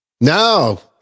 no